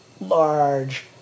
large